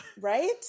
right